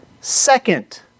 second